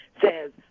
says